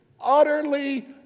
utterly